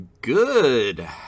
Good